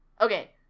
Okay